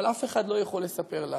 אבל אף אחד לא יכול לספר לה